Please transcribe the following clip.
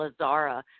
Lazara